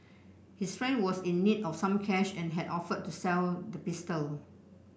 his friend was in need of some cash and had offered to sell the pistol